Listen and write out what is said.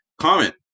Comment